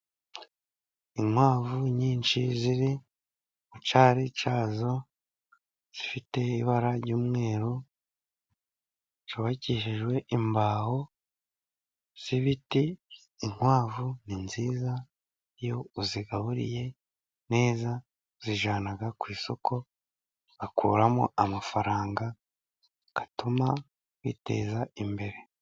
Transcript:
Inkwavu nyinshi ziri mu cyari cyazo zifite ibara ry'umweru, cyubakishejwe imbaho z'ibiti. Inkwavu ni nziza iyo uzigaburiye neza, uzijyana ku isoko akuramo amafaranga atuma witeza imbere.